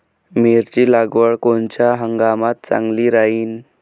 मिरची लागवड कोनच्या हंगामात चांगली राहीन?